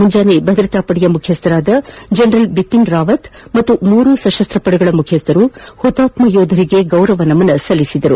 ಮುಂಜಾನೆ ಭದ್ರತಾ ಪಡೆ ಮುಖ್ಯಸ್ನ ಜನರಲ್ ಬಿಪಿನ್ ರಾವತ್ ಹಾಗೂ ಮೂರೂ ಸಶಸ್ತ್ರ ಪಡೆಗಳ ಮುಖ್ಯಸ್ಥರು ಹುತಾತ್ಮ ಯೋಧರಿಗೆ ನಮನ ಸಲ್ಲಿಸಿದರು